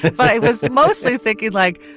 but i was mostly think you'd like.